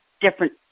different